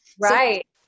Right